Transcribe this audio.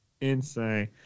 Insane